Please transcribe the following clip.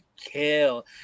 kill